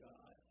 God